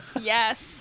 Yes